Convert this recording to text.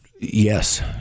yes